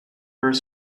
were